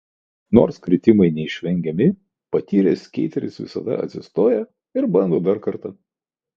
nors kritimai neišvengiami patyręs skeiteris visada atsistoja ir bando dar kartą